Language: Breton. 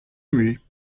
mui